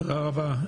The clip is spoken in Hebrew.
תודה רבה.